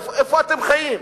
איפה אתם חיים?